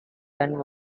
and